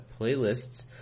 playlists